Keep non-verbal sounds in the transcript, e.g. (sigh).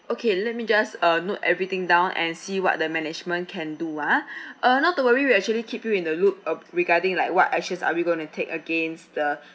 okay let me just uh note everything down and see what the management can do ah (breath) uh not to worry we actually keep you in the loop ab~ regarding like what actions are we going to take against the